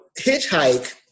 hitchhike